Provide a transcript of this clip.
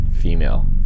female